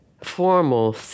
formal